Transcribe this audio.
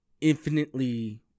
infinitely